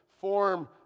form